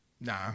Nah